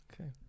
okay